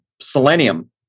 selenium